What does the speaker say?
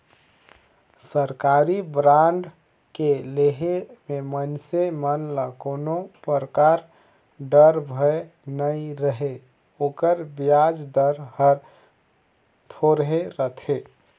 सरकारी बांड के लेहे मे मइनसे मन ल कोनो परकार डर, भय नइ रहें ओकर बियाज दर हर थोरहे रथे